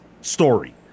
story